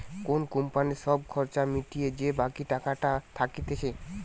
কোন কোম্পানির সব খরচা মিটিয়ে যে বাকি টাকাটা থাকতিছে